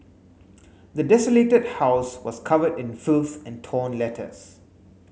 the desolated house was covered in filth and torn letters